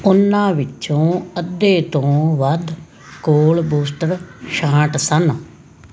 ਉਨ੍ਹਾਂ ਵਿੱਚੋਂ ਅੱਧੇ ਤੋਂ ਵੱਧ ਕੋਲ ਬੂਸਟਰ ਸ਼ਾਟ ਸਨ